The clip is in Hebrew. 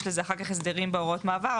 יש לזה אחר כך הסדרים בהוראות מעבר,